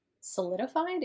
solidified